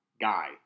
guy